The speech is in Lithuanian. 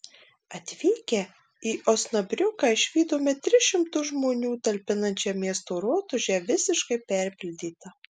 atvykę į osnabriuką išvydome tris šimtus žmonių talpinančią miesto rotušę visiškai perpildytą